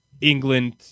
England